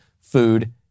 food